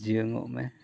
ᱡᱤᱭᱚᱝᱼᱚᱜ ᱢᱮ